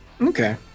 okay